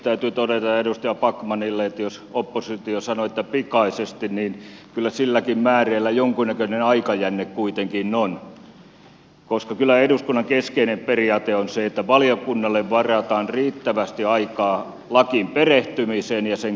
täytyy todeta edustaja backmanille että jos oppositio sanoi että pikaisesti niin kyllä silläkin määreellä jonkunnäköinen aikajänne kuitenkin on koska kyllä eduskunnan keskeinen periaate on se että valiokunnalle varataan riittävästi aikaa lakiin perehtymiseen ja sen käsittelyyn